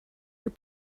your